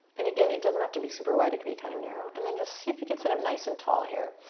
and again, it doesn't have to be super wide. it can kind of narrow and then just see if you can sit up nice and tall, here.